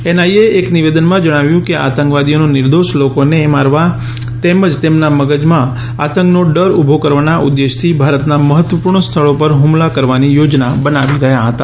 NIA એક નિવેદનમાં જણાવ્યું કે આ આતંકવાદીઓનો નિર્દોષ લોકોને મારવા તેમજ તેમના મગજમાં આતંકનો ડર ઉભો કરવાના ઉદેશ્યથી ભારતના મહત્વપુર્ણ સ્થળો પર હ્મલા કરવાની યોજના બનાવી રહયાં હતા